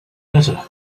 better